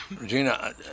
Regina